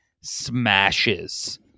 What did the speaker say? smashes